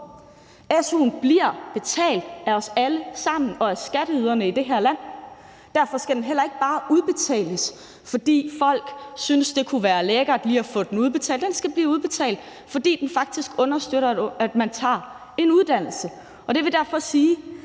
Su'en bliver betalt af os alle sammen og af skatteyderne i det her land. Derfor skal den heller ikke bare udbetales, fordi folk synes, det kunne være lækkert lige at få den udbetalt. Den skal blive udbetalt, fordi den faktisk understøtter, at man tager en uddannelse, og det vil derfor sige,